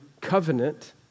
Covenant